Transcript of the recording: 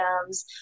items